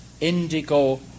indigo